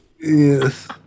Yes